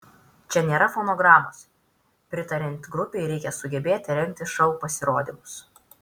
čia nėra fonogramos pritariant grupei reikia sugebėti rengti šou pasirodymus